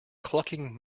clucking